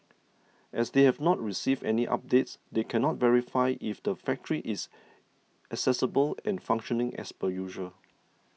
as they have not received any updates they cannot verify if the factory is accessible and functioning as per usual